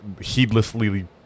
heedlessly